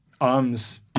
arms